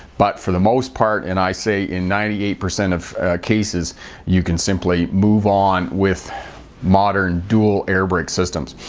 but for the most part and i say in ninety-eight percent of cases you can simply move on with modern, dual air brake systems.